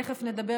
תכף נדבר,